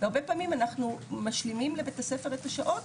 והרבה פעמים אנחנו משלימים לבית הספר את השעות,